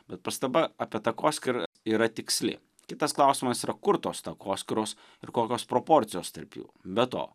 bet pastaba apie takoskyrą yra tiksli kitas klausimas yra kur tos takoskyros ir kokios proporcijos tarp jų be to